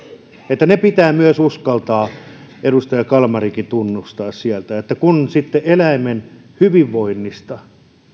että myös ne pitää uskaltaa edustaja kalmarinkin tunnustaa sieltä kun eläimen hyvinvoinnista